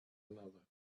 another